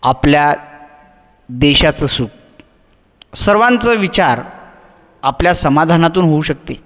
आपल्या देशाचं सुख सर्वांचं विचार आपल्या समाधानातून होऊ शकते